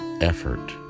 effort